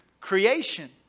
creation